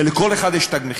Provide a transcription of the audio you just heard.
שלכל אחד יש תג מחיר,